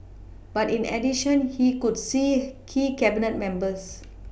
but in addition he would see key Cabinet members